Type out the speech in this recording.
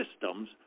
systems